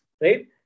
right